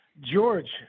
george